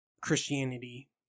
Christianity